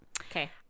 Okay